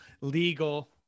legal